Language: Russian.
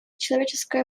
человеческая